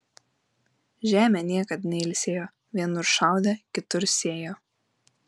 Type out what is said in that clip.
žemė niekad neilsėjo vienur šaudė kitur sėjo